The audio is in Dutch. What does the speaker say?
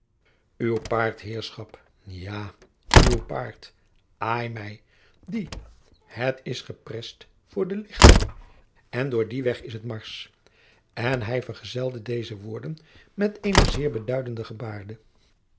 oe paôrd heerschop jaô oe paôrd ai mij die het is geprest voor de lichting en deur dien weg is het marsch en hij vergezelde deze woorden met eene zeer beduidende gebaarde